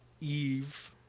Eve